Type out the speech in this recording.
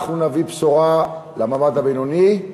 אנחנו נביא בשורה למעמד הבינוני,